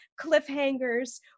cliffhangers